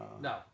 no